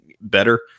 better